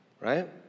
right